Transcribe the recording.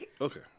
Okay